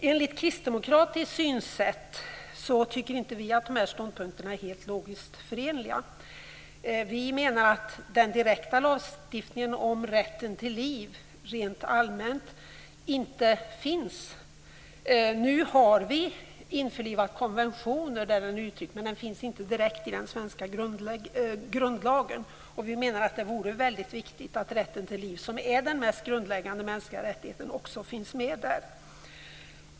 Enligt kristdemokratiskt synsätt är inte de här ståndpunkterna helt logiskt förenliga. Vi menar att en direkt lagstiftning om rätten till liv rent allmänt inte finns. Nu har vi införlivat konventioner där den är uttryckt, men den finns inte direkt i den svenska grundlagen. Vi menar att det vore väldigt viktigt att rätten till liv, som är den mest grundläggande mänskliga rättigheten, också finns med där.